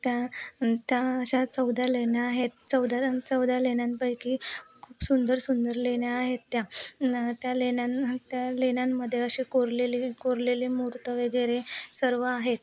त्या त्या अशा चौदा लेण्या आहेत चौदा चौदा लेण्यांपैकी खूप सुंदर सुंदर लेण्या आहेत त्या न त्या लेण्या त्या लेण्यांमध्ये असे कोरलेले कोरलेले मूर्ती वगैरे सर्व आहेत